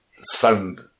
sound